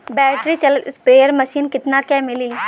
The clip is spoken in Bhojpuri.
बैटरी चलत स्प्रेयर मशीन कितना क मिली?